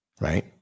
right